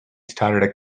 started